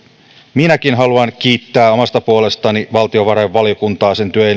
minäkin haluan kiittää omasta puolestani valtiovarainvaliokuntaa ja sen työ ja